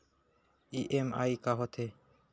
EMI का होथे?